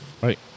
Right